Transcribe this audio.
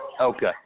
Okay